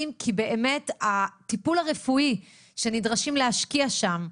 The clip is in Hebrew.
כי הטיפול הרפואי שנדרשים להשקיע שם,